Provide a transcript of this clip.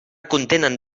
contenen